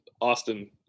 Austin